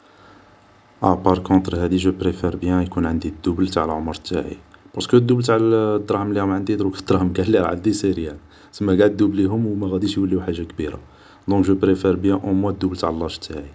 ا بار كونتر هادي جو بريفار بيان يكون عندي دوبل تاع لعمر تاعي ، بارسكو الدوبل تاع دراهم اللي راهم عندي ، دراهم قاع اللي راهم عندي سي ريان ، سما قاع الدوبليهم و ماغاديش يوليو حاجا كبيرة ، دونك جو بريفار بيان اوموان دوبل تاع لاج تاعي